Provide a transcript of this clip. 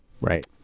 right